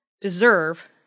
deserve